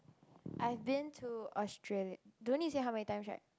I've been to Australia don't need say how many times right